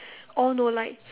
all no light